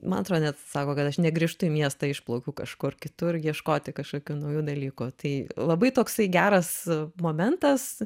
man atrodo net sako kad aš negrįžtu į miestą išplaukiu kažkur kitur ieškoti kažkokių naujų dalykų tai labai toksai geras momentas